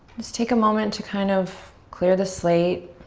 just take a moment to kind of clear the slate.